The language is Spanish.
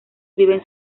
viven